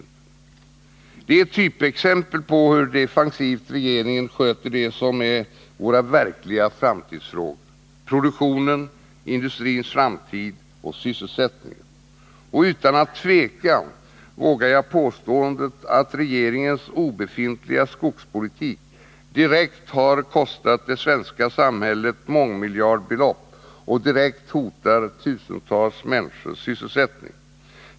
Detta är ett typexempel på hur defensivt regeringen sköter det som är våra verkliga framtidsfrågor: produktionen, industrins framtid och sysselsättningen. Utan att tveka vågar jag påstå att regeringens obefintliga skogspolitik direkt har kostat det svenska samhället mångmiljardbelopp och direkt hotar tusentals människors sysselsättning.